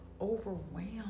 overwhelmed